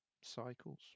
cycles